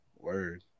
Word